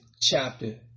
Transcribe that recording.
chapter